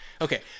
Okay